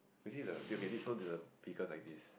you see the dude okay so the vehicle is like this